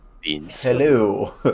Hello